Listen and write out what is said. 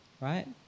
right